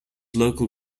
local